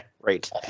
right